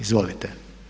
Izvolite.